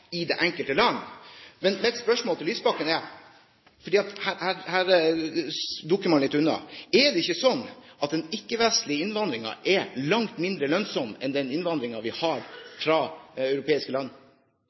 i det enkelte land. Mitt spørsmål til Lysbakken er, for her dukker man litt unna: Er det ikke sånn at den ikke-vestlige innvandringen er langt mindre lønnsom enn den innvandringen vi